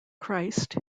christ